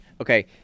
okay